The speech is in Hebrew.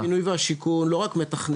משרד הבינוי והשיכון לא רק מתכנן,